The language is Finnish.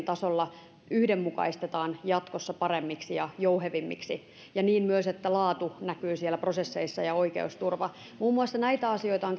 tasolla yhdenmukaistetaan jatkossa paremmiksi ja jouhevimmiksi myös niin että laatu ja oikeusturva näkyvät siellä prosesseissa muun muassa näitä asioita on